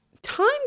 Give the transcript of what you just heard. Times